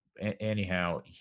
Anyhow